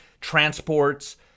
Transport's